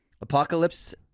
Apocalypse